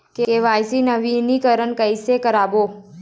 KYC नवीनीकरण कैसे करबो?